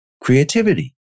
creativity